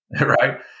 right